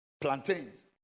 plantains